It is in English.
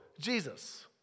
Jesus